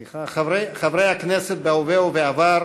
כבוד נשיא המדינה ראובן רובי